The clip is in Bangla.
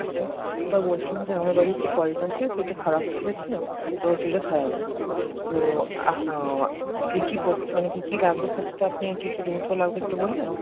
আচ্ছা তা বলছিলাম যে আমার বাড়ির যে কলটা আছে সেটা খারাপ হয়ে গেছে তো সেটা সারাবো তো কী কী মানে কী কী লাগবে ফার্স্টে আপনি কী কী জিনিসগুলো লাগবে একটু বলবেন